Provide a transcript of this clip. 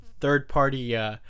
third-party